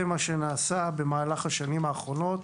זה מה שנעשה במהלך השנים האחרונות,